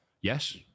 yes